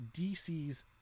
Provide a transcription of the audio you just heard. DC's